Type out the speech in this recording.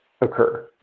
occur